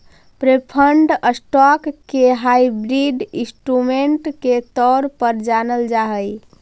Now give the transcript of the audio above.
preferred stock के hybrid instrument के तौर पर जानल जा हइ